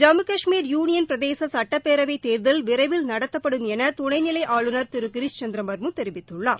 Jammu Kashmir union பிரதேச சட்டப்பேரவைத் தேர்தல் விரைவில் நடத்தப்படும் என துணைநிலை ஆளுநர் திரு கிரிஷ் சந்திர முர்மு தெரிவித்துள்ளார்